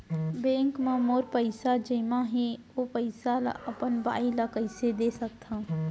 Bank म मोर पइसा जेमा हे, ओ पइसा ला अपन बाई ला कइसे दे सकत हव?